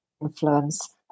influence